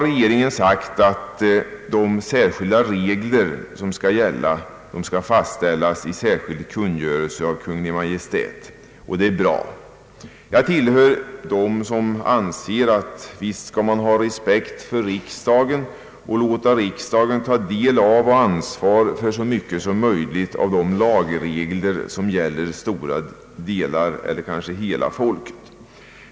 Regeringen har uttalat att de särskilda regler som skall gälla kommer att fastställas av Kungl. Maj:t i en särskild kungörelse, och det är bra. Jag tillhör dem som anser att man visst skall ha respekt för riksdagen och låta den ta del av och ansvar för så mycket som möjligt av de lagregler som gäller för stora delar av eller kanske för hela folket.